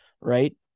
right